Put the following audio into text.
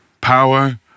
Power